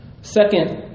Second